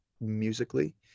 musically